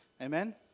Amen